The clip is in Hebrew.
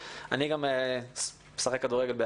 אני גם משחק כדורגל בעצמי,